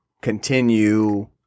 continue